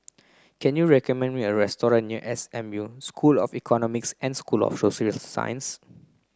can you recommend me a restaurant near S M U School of Economics and School of Social Sciences